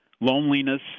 loneliness